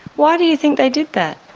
why do you think they did that?